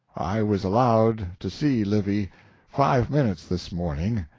i was allowed to see livy five minutes this morning,